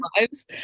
lives